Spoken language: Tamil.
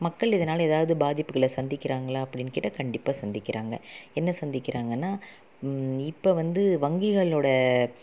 மக்கள் இதனால எதாவது பாதிப்புகளை சந்திக்கிறாங்களா அப்படின் கேட்டா கண்டிப்பாக சந்திக்கிறாங்க என்ன சந்திக்கிறாங்கன்னா இப்போ வந்து வங்கிகளோட